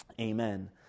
amen